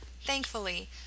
Thankfully